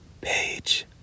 Page